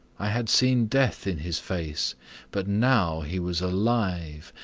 i had seen death in his face but now he was alive,